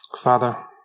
Father